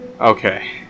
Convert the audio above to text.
Okay